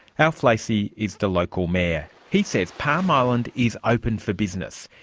alf lacey is the local mayor. he says palm island is open for business.